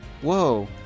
Whoa